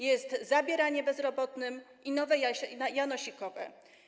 Jest zabieranie bezrobotnym i nowe janosikowe.